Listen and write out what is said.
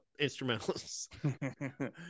instrumentals